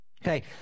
Okay